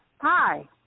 Hi